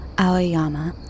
Aoyama